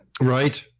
Right